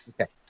Okay